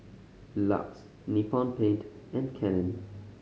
LUX Nippon Paint and Canon